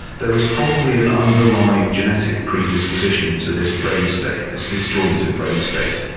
there is probably an underlying genetic predisposition to this brain state, this disjointed brain state.